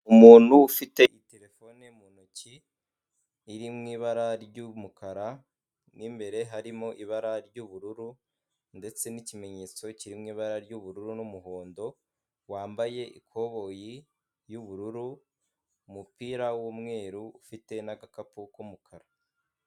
Umuntu ufite terefone mu ntoki iri mu ibara ry'umukara n'imbere harimo ibara ry'ubururu ndetse n'ikimenyetso kiririmo ibara ry'ubururu n'umuhondo, wambaye ikoboyi yu'ubururu umupira w'umweru ufite n'agakapu k'umukara.